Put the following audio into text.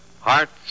Hearts